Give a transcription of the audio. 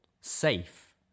safe